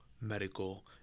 medical